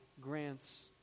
grants